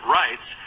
rights